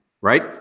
right